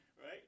right